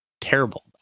terrible